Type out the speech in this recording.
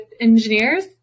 engineers